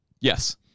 Yes